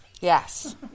Yes